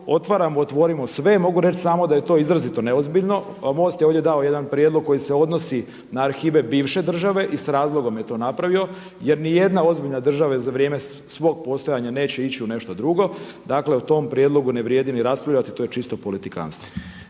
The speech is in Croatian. otvaramo otvorimo sve. Mogu reći samo da je to izrazito neozbiljno. MOST je ovdje dao jedan prijedlog koji se odnosi na arhive bivše države i s razlogom je to napravio, jer ni jedna ozbiljna država za vrijem svog postojanja neće ići u nešto drugo. Dakle, u tom prijedlogu ne vrijedi ni raspravljati, to je čisto politikantstvo.